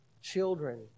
children